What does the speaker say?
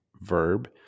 verb